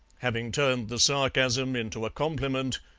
having turned the sarcasm into a compliment,